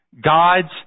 God's